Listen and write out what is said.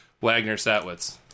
Wagner-Satwitz